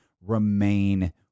remain